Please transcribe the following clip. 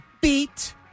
beat